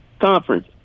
conference